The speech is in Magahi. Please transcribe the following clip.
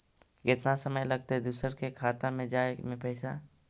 केतना समय लगतैय दुसर के खाता में जाय में पैसा?